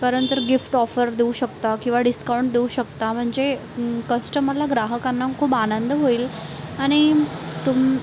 परत जर gift offer देऊ शकता किंवा डिस्काउंट देऊ शकता म्हणजे कस्टमरला ग्राहकांना खूप आनंद होईल आणि तुम